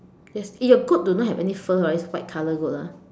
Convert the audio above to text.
yes eh your goat do not have any fur hor it's white colour goat ah